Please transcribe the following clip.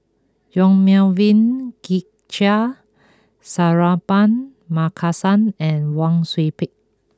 Yong Melvin Yik Chye Suratman Markasan and Wang Sui Pick